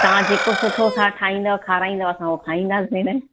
तव्हां जेको सुठो ठा ठाहींदव खाराईंदव असां हूअ खाईंदासीं भेण